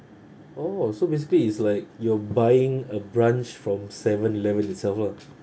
oh so basically it's like you're buying a branch from seven eleven itself lah